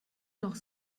noch